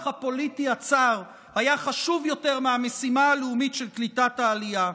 הפוליטי הצר היה חשוב יותר מהמשימה הלאומית של קליטת העלייה?